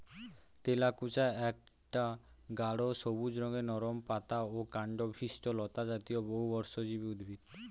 তেলাকুচা একটা গাঢ় সবুজ রঙের নরম পাতা ও কাণ্ডবিশিষ্ট লতাজাতীয় বহুবর্ষজীবী উদ্ভিদ